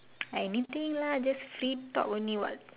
anything lah just free talk only what